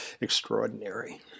extraordinary